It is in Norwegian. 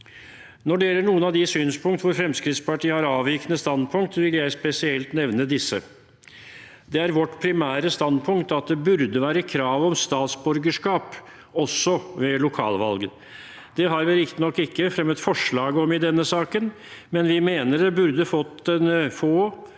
Når det gjelder noen av de synspunkter hvor Fremskrittspartiet har avvikende standpunkt, vil jeg spesielt nevne disse: Det er vårt primære standpunkt at det burde være krav om statsborgerskap også ved lokalvalg. Det har vi riktignok ikke fremmet forslag om i denne saken, men vi mener det også burde få en